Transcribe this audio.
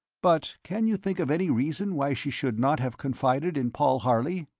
but can you think of any reason why she should not have confided in paul harley?